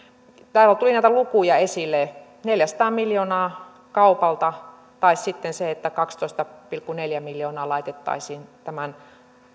täällä tuli näitä lukuja esille neljäsataa miljoonaa kaupalta tai sitten kaksitoista pilkku neljä miljoonaa laitettaisiin